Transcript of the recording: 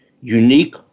unique